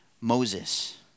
Moses